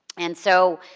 and so,